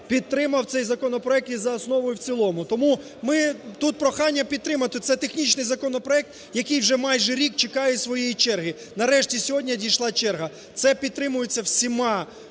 підтримав цей законопроект і за основу, і в цілому. Тому тут прохання підтримати, це технічний законопроект, який вже майже рік чекає своєї черги, нарешті сьогодні дійшла черга. Це підтримується всіма